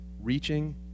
reaching